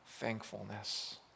thankfulness